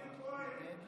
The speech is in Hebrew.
מאיר כהן,